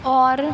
और